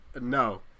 No